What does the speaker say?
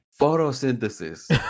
photosynthesis